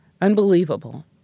Unbelievable